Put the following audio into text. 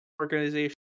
organization